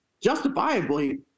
justifiably